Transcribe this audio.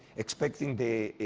expecting the.